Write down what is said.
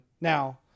Now